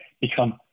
become